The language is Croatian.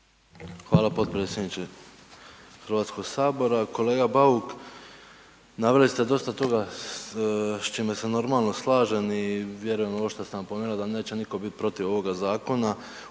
Hvala potpredsjedniče Hrvatskog sabora. Kolega Bauk naveli ste dosta toga s čime se normalno slažem i vjerujem ovo što ste napomenuli da neće nitko bit protiv ovoga zakona